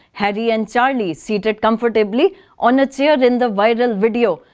harry and charlie, seated comfortably on a chair in the viral video,